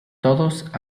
todos